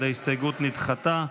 נדחתה.